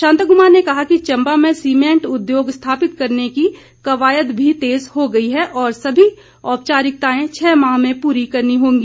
शांता कुमार ने कहा कि चंबा में सीमेंट उद्योग स्थापित करने की कवायद भी तेज हो गई है और सभी औपचारिकताएं छः माह में पूरी करनी होंगी